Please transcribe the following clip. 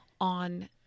on